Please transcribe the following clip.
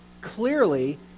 Clearly